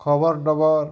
ଖବର ଡବର